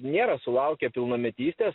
nėra sulaukę pilnametystės